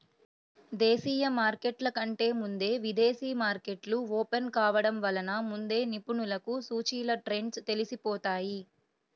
దేశీయ మార్కెట్ల కంటే ముందే విదేశీ మార్కెట్లు ఓపెన్ కావడం వలన ముందే నిపుణులకు సూచీల ట్రెండ్స్ తెలిసిపోతాయి